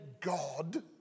God